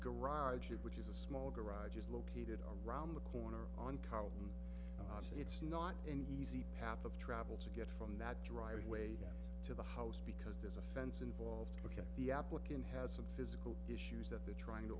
garage which is a small garage is located around the corner on carlton and it's not an easy path of travel to get from that driveway to the house because there's a fence involved because the applicant has a physical issues that they're trying to